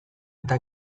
eta